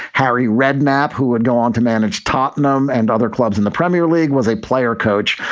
harry redknapp, who would go on to manage tottenham and other clubs in the premier league, was a player coach.